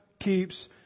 keeps